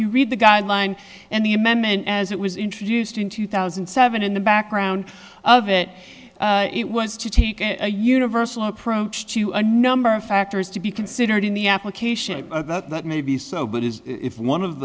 you read the guideline and the amendment as it was introduced in two thousand and seven in the background of it it was to take a universal approach to a number of factors to be considered in the application that may be so but if one of